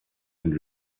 and